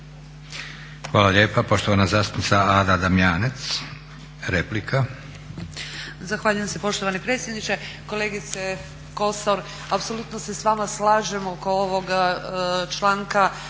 Hvala lijepa. Poštovana zastupnica Ada Damjanac, replika.